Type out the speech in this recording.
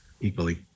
Equally